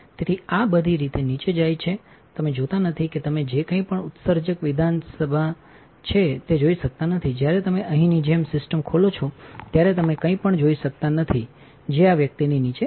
તેથી આ બધી રીતે નીચે જાય છે તમે જોતા નથી કે તમે જે કંઈ પણ ઉત્સર્જક વિધાનસભા છે તે જોઈ શકતા નથી જ્યારે તમે અહીંની જેમ સિસ્ટમ ખોલો છો ત્યારે તમે કંઈપણ જોઈ શકતા નથી જે આ વ્યક્તિની નીચે છે